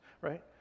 right